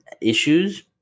issues